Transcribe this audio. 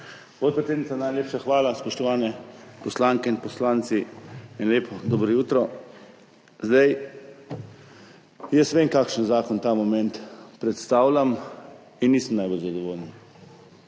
Podpredsednica, najlepša hvala. Spoštovane poslanke in poslanci, eno lepo dobro jutro! Jaz vem, kakšen zakon ta moment predstavljam in nisem najbolj zadovoljen.